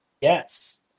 Yes